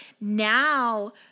now